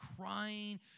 crying